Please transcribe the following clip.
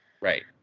right